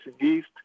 east